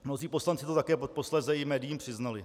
Mnozí poslanci to také posléze i médiím přiznali.